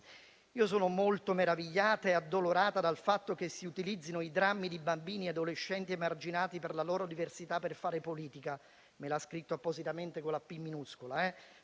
Io sono molto meravigliata e addolorata dal fatto che si utilizzino i drammi di bambini e adolescenti emarginati per la loro diversità per fare politica» - me l'ha scritto appositamente con la "p" minuscola